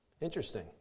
Interesting